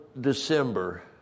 December